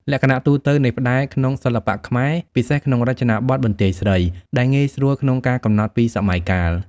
លក្ខណៈទូទៅនៃផ្តែរក្នុងសិល្បៈខ្មែរ (ពិសេសក្នុងរចនាបថបន្ទាយស្រី) ដែលងាយស្រួលក្នុងការកំណត់ពីសម័យកាល។